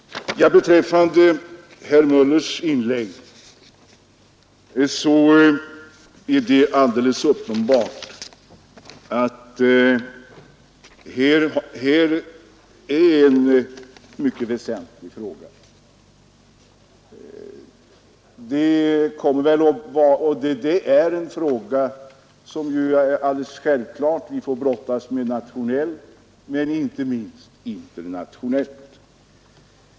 Beträffande herr Möllers i Göteborg inlägg vill jag säga att det är alldeles uppenbart att det här är en mycket väsentlig fråga, som vi kommer att få brottas med nationellt och inte minst internationellt.